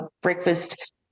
breakfast